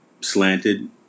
slanted